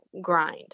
grind